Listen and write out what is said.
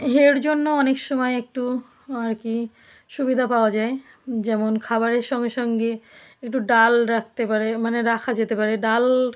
এর জন্য অনেক সময় একটু আর কি সুবিধা পাওয়া যায় যেমন খাবারের সঙ্গে সঙ্গে একটু ডাল রাকতে পারে মানে রাখা যেতে পারে ডাল